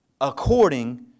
according